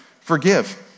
forgive